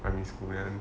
primary school then